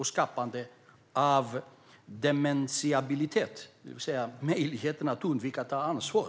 Man måste också undvika att skapa dementiabilitet, det vill säga möjligheten att undvika att ta ansvar.